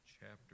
chapter